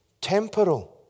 temporal